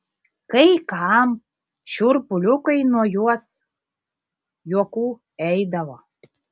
kai kam šiurpuliukai nuo jos juokų eidavo